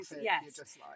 yes